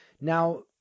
Now